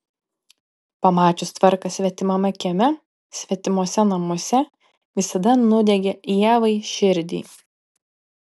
pamačius tvarką svetimame kieme svetimuose namuose visada nudiegia ievai širdį